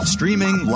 Streaming